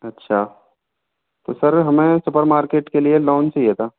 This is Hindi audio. अच्छा तो सर हमें सुपर मार्केट के लिए लौन चाहिए था